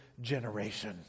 generation